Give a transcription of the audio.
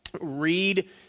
read